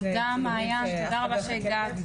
תודה לך מעין, שהגעת.